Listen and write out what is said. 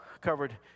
covered